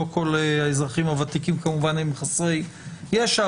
לא כל האזרחים הוותיקים הם כמובן חסרי ישע,